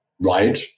right